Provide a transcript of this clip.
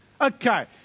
Okay